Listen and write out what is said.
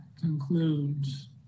concludes